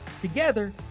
together